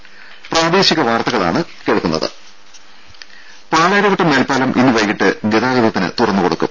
ടെട പാലാരിവട്ടം മേൽപ്പാലം ഇന്ന് വൈകിട്ട് ഗതാഗതത്തിന് തുറന്ന് കൊടുക്കും